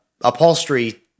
upholstery